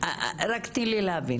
תני לי להבין.